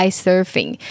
surfing